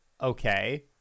okay